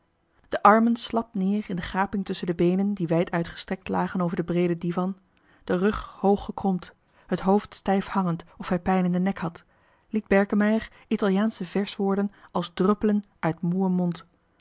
de armen slap neer in de gaping tusschen de beenen die wijduit gestrekt lagen over den breeden divan den rug hoog gekromd het hoofd stijf hangend of hij pijn in den nek had liet berkemeier italiaansche verswoorden als druppelen uit moeën mond